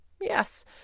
Yes